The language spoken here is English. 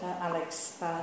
Alex